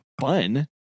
fun